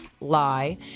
lie